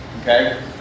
okay